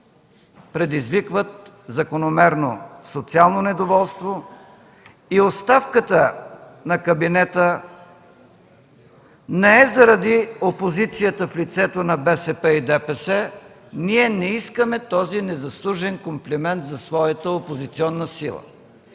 предизвикват закономерно социално недоволство. Оставката на кабинета не е заради опозицията в лицето на БСП и ДПС. Ние не искаме този незаслужен комплимент за своята опозиционна сила.